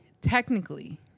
Technically